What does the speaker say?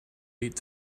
eight